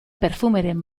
perfumeren